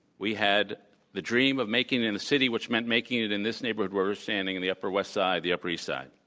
we had the dream of making it in the city which meant making it in this neighborhood where we're standing, in the upper west side, the upper east side.